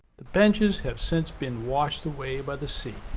the benches have since been washed away by the sea.